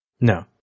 No